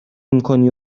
میکنی